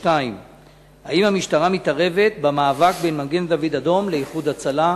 האם המשטרה מתערבת במאבק בין מגן-דוד-אדום ל"איחוד הצלה"?